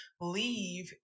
leave